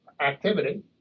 activity